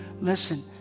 listen